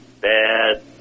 Bad